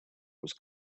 was